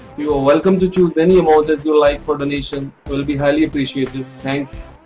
you are welcome to choose any amount as you like for donation. we will be highly appreciated. thanks.